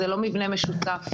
זה לא מבנה משותף.